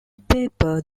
paper